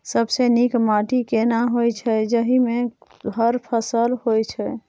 सबसे नीक माटी केना होय छै, जाहि मे हर फसल होय छै?